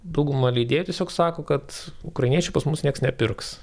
dauguma leidėjų tiesiog sako kad ukrainiečių pas mus nieks nepirks